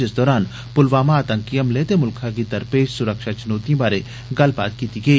जिस दरान पुलवामा आतंकी हमले ते मुल्खै गी दरपेश सुरक्षा च्नौतिर्ये बारै गल्लबात कीती गेई